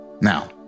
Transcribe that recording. Now